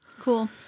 cool